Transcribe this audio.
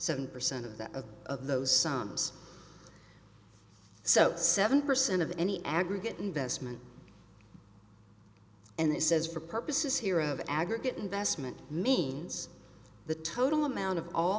seven percent of that of those sons so seven percent of any aggregate investment and it says for purposes here of aggregate investment means the total amount of all